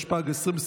התשפ"ג 2023,